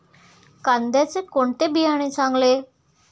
कांद्याचे कोणते बियाणे चांगले?